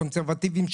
קונסרבטיביים,